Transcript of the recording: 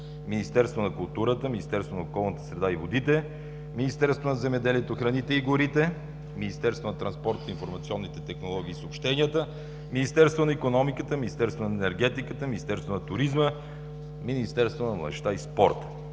Министерство на културата, Министерство на околната среда и водите, Министерство на земеделието, храните и горите, Министерство на транспорта, информационните технологии и съобщенията, Министерство на икономиката, Министерство на енергетиката, Министерство на туризма, Министерство на младежка и спорта.